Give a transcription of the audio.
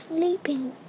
sleeping